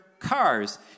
cars